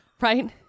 Right